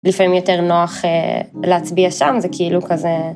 לפעמים יותר נוח להצביע שם, זה כאילו כזה...